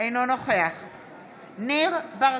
אינו נוכח ניר ברקת,